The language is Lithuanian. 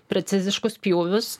preciziškus pjūvius